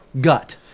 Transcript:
gut